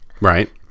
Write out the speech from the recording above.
Right